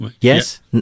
Yes